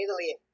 Italy